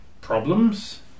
problems